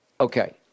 Okay